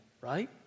right